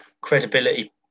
credibility